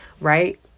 right